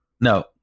No